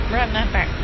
remember